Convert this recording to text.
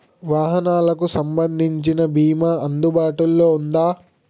వాహనాలకు సంబంధించిన బీమా అందుబాటులో ఉందా?